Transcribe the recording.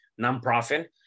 nonprofit